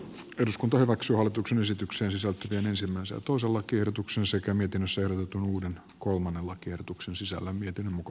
eduskunta hyväksyy hallituksen esitykseen sisältyvien ensimmäisen kosovo tiedotuksen sekä miten se on uuden kulman lakiehdotuksen sisällä miten muka